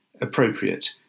appropriate